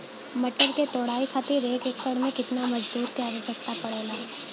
मटर क तोड़ाई खातीर एक एकड़ में कितना मजदूर क आवश्यकता पड़ेला?